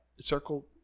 circle